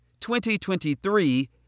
2023